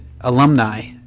alumni